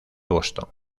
boston